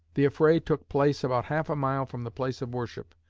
the affray took place about half a mile from the place of worship,